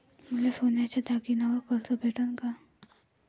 मले सोन्याच्या दागिन्यावर कर्ज भेटन का?